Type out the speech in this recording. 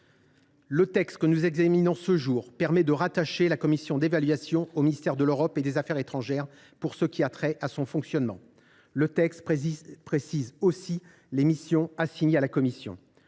de loi que nous examinons permet de rattacher la commission d’évaluation au ministère de l’Europe et des affaires étrangères, pour ce qui a trait à son fonctionnement. Le texte précise aussi les missions assignées à cette commission.